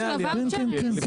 כן, כן, כן.